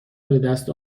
بدست